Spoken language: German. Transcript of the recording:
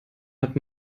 hat